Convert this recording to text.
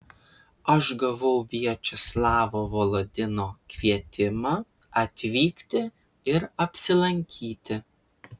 aš gavau viačeslavo volodino kvietimą atvykti ir apsilankyti